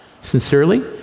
sincerely